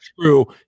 true